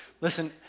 Listen